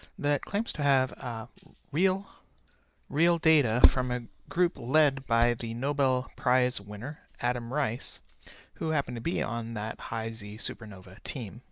that claims to have real real data from a group lead by the nobel prize winner adam riess who happened to be on that high-z-supernova search team